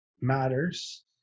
matters